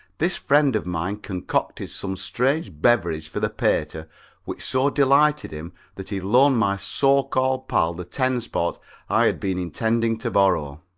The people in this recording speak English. this friend of mine concocted some strange beverage for the pater which so delighted him that he loaned my so-called pal the ten spot i had been intending to borrow.